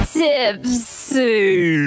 tipsy